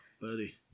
buddy